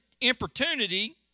importunity